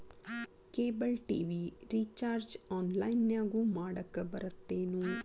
cable TV recharge ಆನ್ಲೈನ್ನ್ಯಾಗು ಮಾಡಕ ಬರತ್ತೇನು